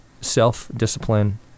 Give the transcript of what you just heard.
self-discipline